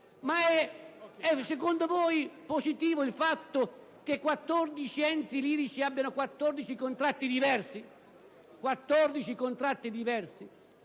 Secondo voi, è positivo il fatto che 14 enti lirici abbiano 14 contratti diversi?